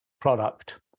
product